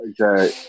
okay